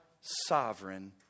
sovereign